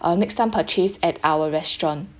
uh next time purchase at our restaurant